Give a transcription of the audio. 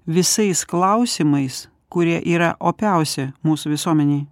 visais klausimais kurie yra opiausi mūsų visuomenei